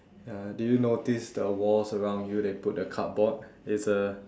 ya did you notice the walls around you they put the cardboard it's a